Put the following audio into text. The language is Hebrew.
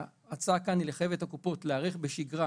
ההצעה כאן היא לחייב את הקופות להיערך בשגרה